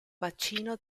bacino